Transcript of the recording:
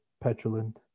petulant